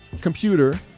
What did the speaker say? computer